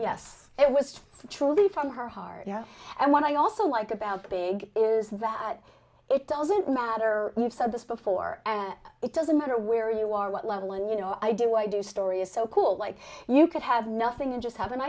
yes it was actually from her heart you know and when i also like about the big is that it doesn't matter you said this before and it doesn't matter where you are what level and you know i do i do story is so cool like you could have nothing and just have an